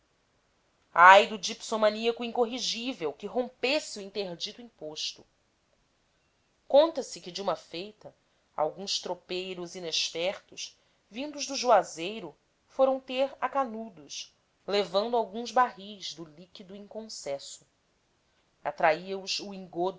ai do dipsomaníaco incorrigível que rompesse o interdito imposto conta se que de uma feita alguns tropeiros inexpertos vindos do juazeiro foram ter a canudos levando alguns barris do líquido inconcesso atraía os o